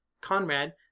Conrad